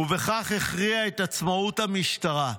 ובכך הכריע את עצמאות המשטרה.